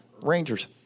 Rangers